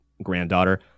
Granddaughter